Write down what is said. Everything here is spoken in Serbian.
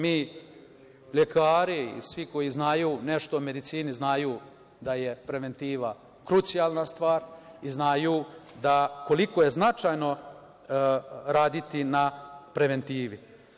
Mi lekari i svi koji znaju nešto o medicini znaju da je preventivna krucijalna stvar i znaju koliko je značajno raditi na preventivi.